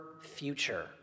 future